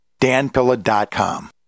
danpilla.com